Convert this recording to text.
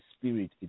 spirit